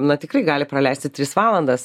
na tikrai gali praleisti tris valandas